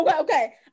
Okay